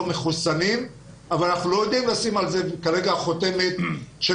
מחוסנים אבל אנחנו לא יודעים לשים על זה כרגע חותמת של